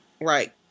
right